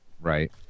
Right